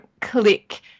click